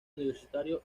universitario